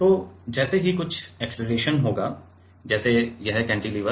तो जैसे ही कुछ अक्सेलरेशन होगा जैसे यह कैंटीलीवर